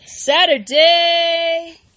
Saturday